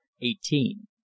Eighteen